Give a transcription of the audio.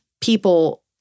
people